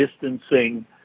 distancing